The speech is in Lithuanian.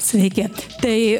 sveiki tai